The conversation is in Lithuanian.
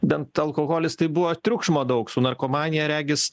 bent alkoholis tai buvo triukšmo daug su narkomanija regis